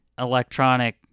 electronic